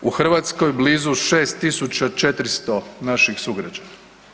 U Hrvatskoj blizu 6.400 naših sugrađana.